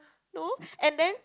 no and then